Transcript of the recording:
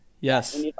Yes